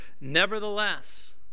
Nevertheless